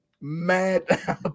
mad